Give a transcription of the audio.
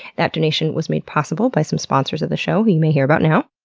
that donation was made possible by some sponsors of the show who you may hear about now.